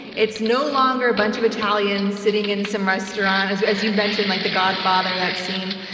it's no longer a bunch of italians sitting in some restaurant, as you as you mentioned, like the godfather. that scene.